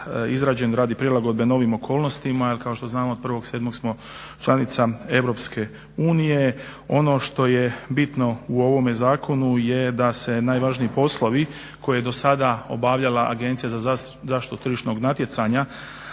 izrađen radi prilagodbe novim okolnostima jel kao što znamo od 1.7. smo članica EU. Ono što je bitno u ovome zakonu je da se najvažniji poslovi koje je do sada obavljala Agencija za zaštitu tržišnog natjecanja